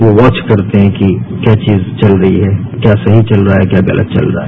वो वाच भी करते हैं कि क्या चीज चल रही है क्या सही चल रहा है क्या गलत चल रहा है